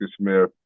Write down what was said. Smith